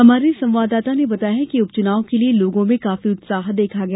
हमारे संवाददाता ने बताया है कि उपचुनाव के लिए लोगों में काफी उत्साह देखा गया